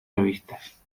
revistas